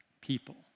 people